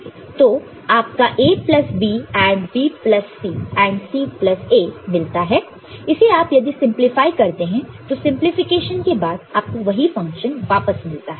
तो आप को A plus B AND B plus C AND C plus A मिलता है इसे आप यदि सिंपलीफाई करते हैं तो सिंपलीफिकेशन के बाद आपको वही फंक्शन वापस मिलता है